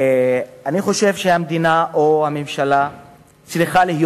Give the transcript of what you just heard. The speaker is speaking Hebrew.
אני חושב שהמדינה או הממשלה צריכה להיות